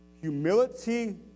humility